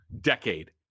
decade